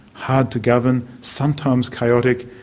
hard to govern, sometimes chaotic,